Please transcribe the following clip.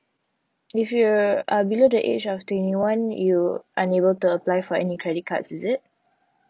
if you're uh below the age of twenty one you unable to apply for any credit cards is it